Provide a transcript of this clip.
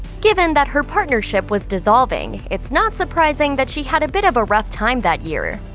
given that her partnership was dissolving, it's not surprising that she had a bit of a rough time that year.